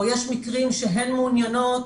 א יש מקרים שהן מעוניינות